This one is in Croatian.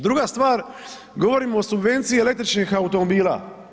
Druga stvar, govorimo o subvenciji električnih automobila.